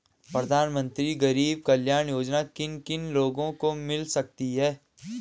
प्रधानमंत्री गरीब कल्याण योजना किन किन लोगों को मिल सकती है?